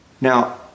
Now